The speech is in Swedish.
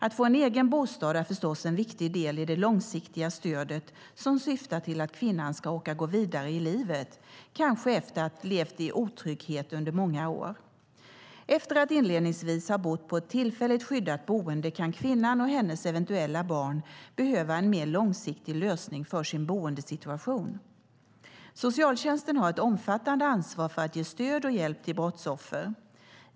Att få en egen bostad är förstås en viktig del i det långsiktiga stödet som syftar till att kvinnan ska orka gå vidare i livet, kanske efter att levt i otrygghet under många år. Efter att inledningsvis ha bott på ett tillfälligt skyddat boende kan kvinnan och hennes eventuella barn behöva en mer långsiktig lösning på sin boendesituation. Socialtjänsten har ett omfattande ansvar för att ge stöd och hjälp till brottsoffer.